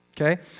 Okay